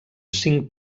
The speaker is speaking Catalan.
cinc